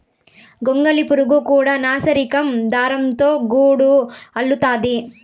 గొంగళి పురుగు కూడా నాసిరకం దారాలతో గూడు అల్లుతాది